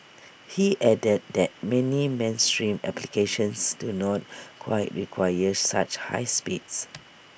he added that many mainstream applications do not quite require such high speeds